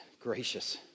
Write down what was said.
gracious